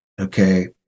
okay